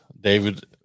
David